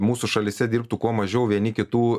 mūsų šalyse dirbtų kuo mažiau vieni kitų